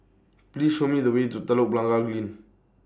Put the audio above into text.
Please Show Me The Way to Telok Blangah Green